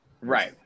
Right